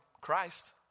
Christ